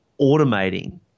automating